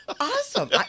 Awesome